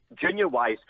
junior-wise